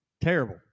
Terrible